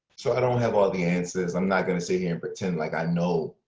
so i don't have all the answers. i'm not going to sit here and pretend like i know